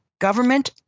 government